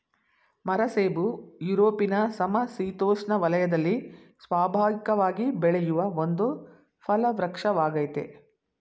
ಮರಸೇಬು ಯುರೊಪಿನ ಸಮಶಿತೋಷ್ಣ ವಲಯದಲ್ಲಿ ಸ್ವಾಭಾವಿಕವಾಗಿ ಬೆಳೆಯುವ ಒಂದು ಫಲವೃಕ್ಷವಾಗಯ್ತೆ